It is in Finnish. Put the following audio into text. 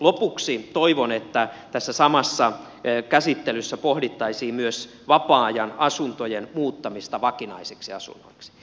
lopuksi toivon että tässä samassa käsittelyssä pohdittaisiin myös vapaa ajan asuntojen muuttamista vakinaisiksi asunnoiksi